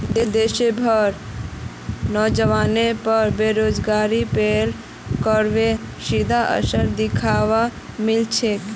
देश भरेर नोजवानेर पर बेरोजगारीत पेरोल करेर सीधा असर दख्वा मिल छेक